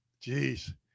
Jeez